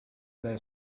there